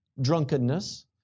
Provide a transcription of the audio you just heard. drunkenness